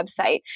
website